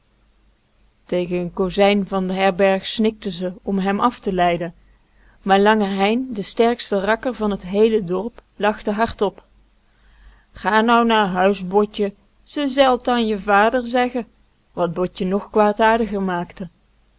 een kozijn van de herberg snikte ze om hem af te leiden maar lange hein de sterkste rakker van t heele dorp lachte hard-op ga nou naar huis botje ze zei t an je vader zeggen wat botje nog kwaadaardiger maakte